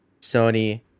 Sony